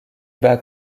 bas